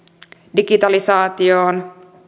digitalisaatioon